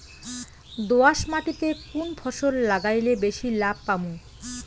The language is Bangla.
দোয়াস মাটিতে কুন ফসল লাগাইলে বেশি লাভ পামু?